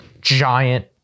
giant